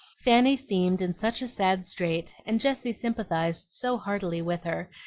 fanny seemed in such a sad strait, and jessie sympathized so heartily with her,